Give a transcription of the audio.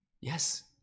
Yes